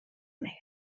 negre